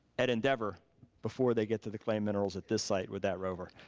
at endeavor before they get to the clay minerals at this site with that rover.